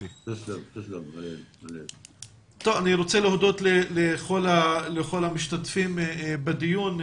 אני רוצה להודות לכל המשתתפים בדיון.